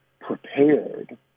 prepared